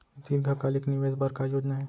दीर्घकालिक निवेश बर का योजना हे?